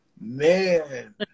man